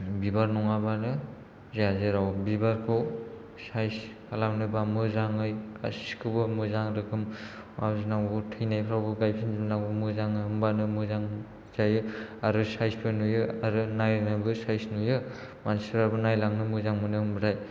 बिबार नङाबानो जाया जेराव बिबारखौ समायना खालामनोबा मोजाङै गासिखौबो मोजां रोखोम आरजिनांगौ थैनायफ्रावबो गायफिनजोबनांगौ मोजां होनबानो मोजां जायो आरो समायनाबो नुयो आरो नायनोबो समायना नुयो मानसिफ्राबो नायलांनो मोजां मोनो होनबाथाय